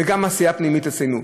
וגם עשייה פנימית אצלנו.